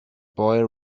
boy